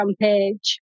page